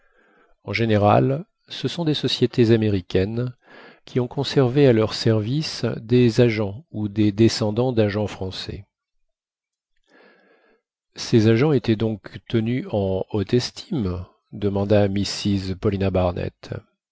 en général ce sont des sociétés américaines qui ont conservé à leur service des agents ou des descendants d'agents français ces agents étaient donc tenus en haute estime demanda mrs paulina barnett